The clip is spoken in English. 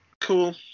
Cool